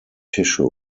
tissue